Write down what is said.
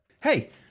Hey